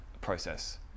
process